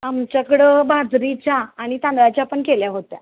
आमच्याकडं बाजरीच्या आणि तांदळाच्या पण केल्या होत्या